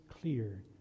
clear